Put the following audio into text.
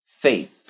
faith